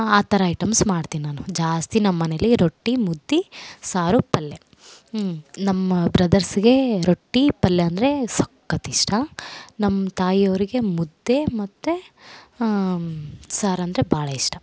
ಆ ಥರ ಐಟೆಮ್ಸ್ ಮಾಡ್ತೀನಿ ನಾನು ಜಾಸ್ತಿ ನಮ್ಮಮನೇಲಿ ರೊಟ್ಟಿ ಮುದ್ದೆ ಸಾರು ಪಲ್ಯ ನಮ್ಮ ಬ್ರದರ್ಸ್ಗೆ ರೊಟ್ಟಿ ಪಲ್ಯ ಅಂದರೆ ಸಕ್ಕತ್ ಇಷ್ಟ ನಮ್ಮ ತಾಯಿಯವರಿಗೆ ಮುದ್ದೆ ಮತ್ತು ಸಾರಂದರೆ ಭಾಳ ಇಷ್ಟ